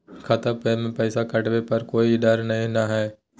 खतबा से पैसबा कटाबे पर कोइ डर नय हय ना?